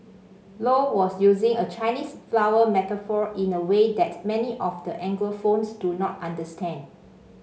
low was using a Chinese flower metaphor in a way that many of the Anglophones do not understand